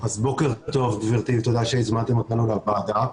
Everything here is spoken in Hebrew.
בוקר טוב גברתי, תודה שהזמנתם אותנו לוועדה.